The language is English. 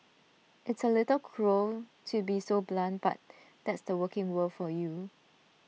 it's A little cruel to be so blunt but that's the working world for you